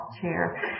chair